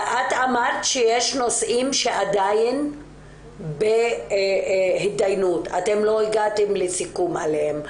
את אמרת שיש נושאים שעדין בהתדיינות אתם לא הגעתם לסיכום עליהם,